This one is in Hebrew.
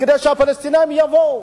כדי שהפלסטינים יבואו.